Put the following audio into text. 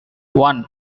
one